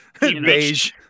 beige